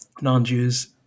non-Jews